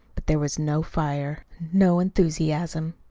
but there was no fire, no enthusiasm,